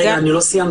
אני לא סיימתי.